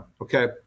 okay